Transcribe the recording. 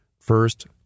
First